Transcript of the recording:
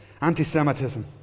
Anti-Semitism